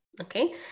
okay